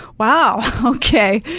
wow, okay.